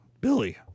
Billy